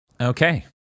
Okay